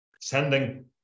sending